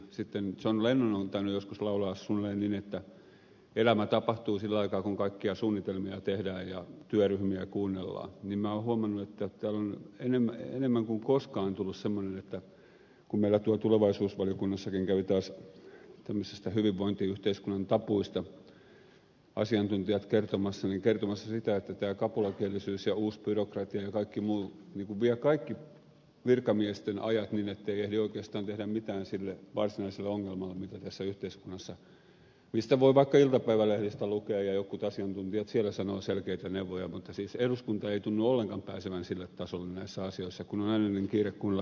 sitten john lennon on tainnut joskus laulaa suunnilleen niin että elämä tapahtuu sillä aikaa kun kaikkea suunnitelmia tehdään ja työryhmiä kuunnellaan niin minä olen huomannut että täällä on enemmän kuin koskaan tullut semmoinen että kun meillä tuolla tulevaisuusvaliokunnassakin kävi taas tämmöisestä hyvinvointiyhteiskunnan tabuista asiantuntijat kertomassa niin kertomassa sitä että tämä kapulakielisyys ja uusbyrokratia ja kaikki muu vie kaikki virkamiesten ajat niin ettei ehdi oikeastaan tehdä mitään sille varsinaiselle ongelmalle mikä tässä yhteiskunnassa mistä voi vaikka iltapäivälehdistä lukea ja jotkut asiantuntijat siellä sanovat selkeitä neuvoja mutta siis eduskunta ei tunnu ollenkaan pääsevän sille tasolle näissä asioissa kun on aina niin kiire kuunnella työryhmiä